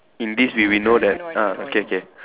in this we we know that ah okay okay